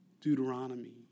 Deuteronomy